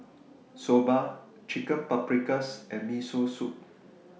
Soba Chicken Paprikas and Miso Soup